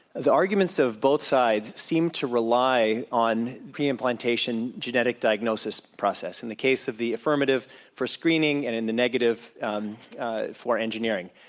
the arguments of both sides seem to rely on pre-implantation genetic diagnosis process. in the case of the affirmative for screening and in the negative um for engineering.